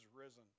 risen